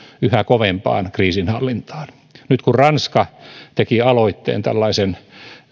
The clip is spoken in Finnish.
yhä kovempaan kriisinhallintaan nyt kun ranska teki aloitteen tällaisen